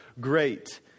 great